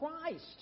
Christ